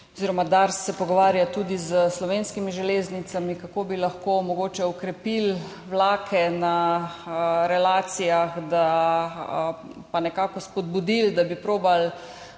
Dars se pogovarja tudi s Slovenskimi železnicami, kako bi lahko mogoče okrepili vlake na relacijah pa nekako spodbudili, da bi čim